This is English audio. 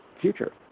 future